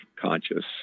conscious